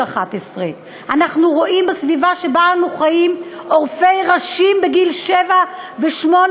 11. אנחנו רואים בסביבה שבה אנו חיים עורפי ראשים בגיל שבע ושמונה,